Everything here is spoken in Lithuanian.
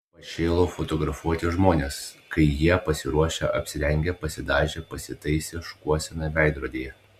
pašėlau fotografuoti žmones kai jie pasiruošę apsirengę pasidažę pasitaisę šukuoseną veidrodyje